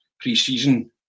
pre-season